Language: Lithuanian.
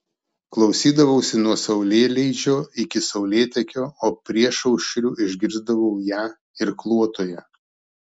klausydavausi nuo saulėleidžio iki saulėtekio o priešaušriu išgirsdavau ją irkluotoją